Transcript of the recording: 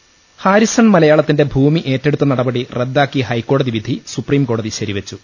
M Harrison മലയാളത്തിന്റെ ഭൂമി ഏറ്റെടുത്ത നടപടി റദ്ദാക്കിയ ഹൈക്കോടതി വിധി സുപ്രീംകോടതി ശരിവെച്ചു